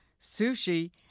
sushi